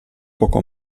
poco